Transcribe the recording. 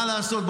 מה לעשות,